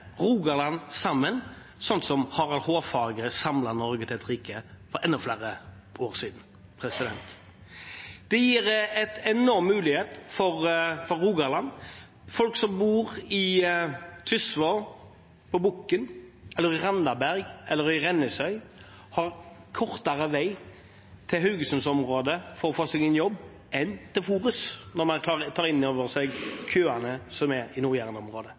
Rogaland sammen slik Harald Hårfagre samlet Norge til ett rike for enda flere år siden. Det gir en enorm mulighet for Rogaland. Folk som bor i Tysvær, på Bokn, i Randaberg, eller i Rennesøy, har kortere vei til Haugesunds-området for å få seg en jobb enn til Forus, når en tar inn over seg køene som er i